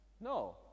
No